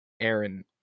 Aaron